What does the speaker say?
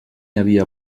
havia